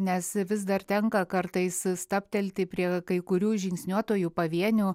nes vis dar tenka kartais stabtelti prie kai kurių žingsniuotojų pavienių